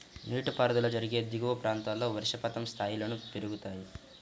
నీటిపారుదల జరిగే దిగువ ప్రాంతాల్లో వర్షపాతం స్థాయిలను పెరుగుతాయి